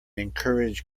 encourage